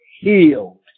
Healed